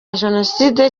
jenoside